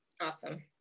awesome